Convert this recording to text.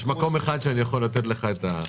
יש מקום אחד שאני יכול לתת לך.